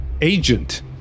Agent